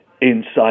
inside